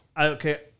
Okay